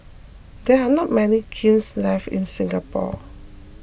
there are not many kilns left in Singapore